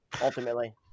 ultimately